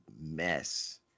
mess